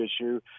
issue